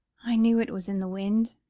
i knew it was in the wind.